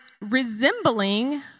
resembling